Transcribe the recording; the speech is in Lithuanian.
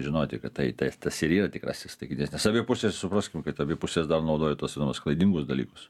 žinoti kad tai tas tas ir yra tikrasis taikinys nes abi pusės supraskim kad abi pusės dar naudoja tuos klaidingus dalykus